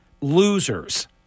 losers